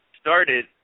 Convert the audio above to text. started